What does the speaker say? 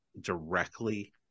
directly